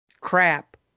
crap